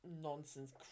nonsense